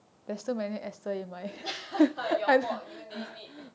your fault you named it